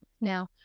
Now